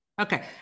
okay